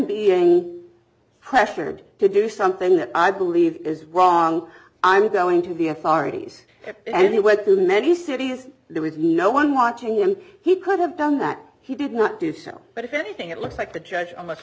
being pressured to do something that i believe is wrong i'm going to the authorities anywhere too many cities there with no one watching him he could have done that he did not do so but if anything it looks like the judge almost